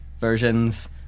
Versions